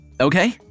okay